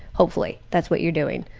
hopefully. that's what you're doing.